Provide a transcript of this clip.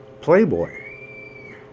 Playboy